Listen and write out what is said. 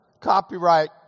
copyright